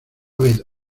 vez